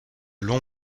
long